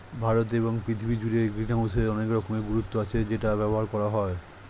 ভারতে এবং পৃথিবী জুড়ে গ্রিনহাউসের অনেক রকমের গুরুত্ব আছে যেটা ব্যবহার করা হয়